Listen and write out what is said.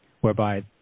whereby